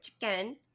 chicken